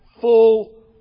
full